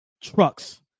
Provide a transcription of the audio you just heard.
trucks